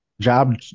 job